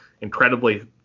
incredibly